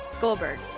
Goldberg